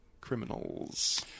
criminals